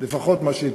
לפחות מה שהתפרסם.